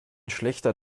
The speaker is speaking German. schlechter